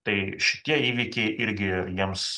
tai šitie įvykiai irgi jiems